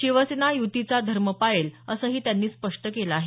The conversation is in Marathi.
शिवसेना युतीचा धर्म पाळेल असंही त्यांनी स्पष्ट केलं आहे